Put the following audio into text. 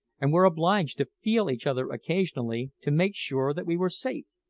and were obliged to feel each other occasionally to make sure that we were safe,